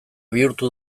bihurtu